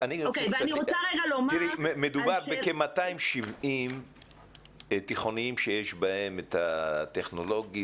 מדובר בכ-270 תיכונים שיש בהם את הטכנולוגי